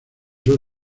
sur